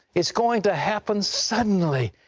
it's going to happen suddenly.